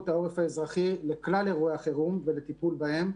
העורף האזרחי לכלל אירועי החירום ולטיפול בהם.